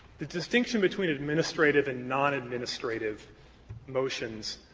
the distinction between administrative and nonadministrative motions,